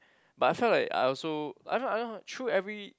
but I felt like I also I don't know I don't know through every